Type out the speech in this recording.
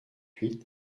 huit